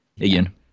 Again